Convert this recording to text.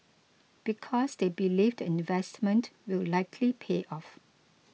because they believe the investment will likely pay off